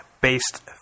based